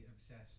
obsessed